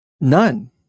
None